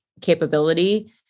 capability